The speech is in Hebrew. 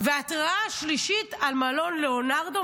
וההתרעה השלישית על מלון לאונרדו,